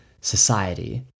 society